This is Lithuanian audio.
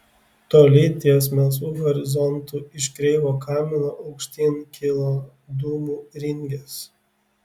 toli ties melsvu horizontu iš kreivo kamino aukštyn kilo dūmų ringės